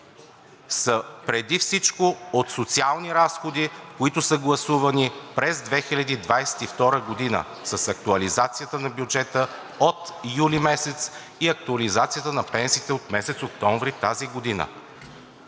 …са преди всичко от социални разходи, които са гласувани през 2022 г. с актуализацията на бюджета от юли месец и актуализацията на пенсиите от месец октомври тази година.